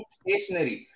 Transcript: stationary